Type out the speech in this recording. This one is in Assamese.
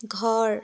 ঘৰ